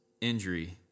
injury